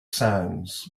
sands